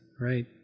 right